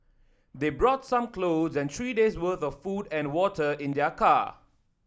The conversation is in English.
they brought some clothes and three days' worth of food and water in their car